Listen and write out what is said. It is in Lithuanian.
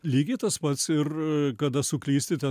lygiai tas pats ir kada suklysti ten